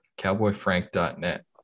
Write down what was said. CowboyFrank.net